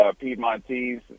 Piedmontese